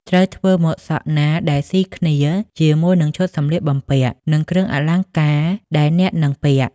ត្រូវធ្វើម៉ូតសក់ណាដែលស៊ីគ្នាជាមួយនឹងឈុតសម្លៀកបំពាក់ និងគ្រឿងអលង្ការដែលអ្នកនឹងពាក់ ។